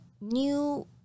new